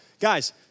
guys